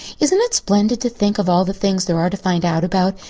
isn't it splendid to think of all the things there are to find out about?